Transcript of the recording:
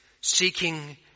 seeking